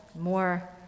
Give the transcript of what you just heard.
more